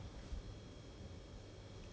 but I wanted it to be wall mounted